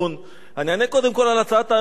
אני אענה קודם כול על הצעת האי-אמון הראשונה,